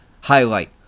highlight